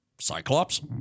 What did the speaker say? Cyclops